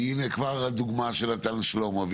כי הנה הדוגמה שנתן שלמה,